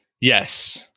Yes